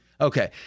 Okay